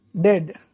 dead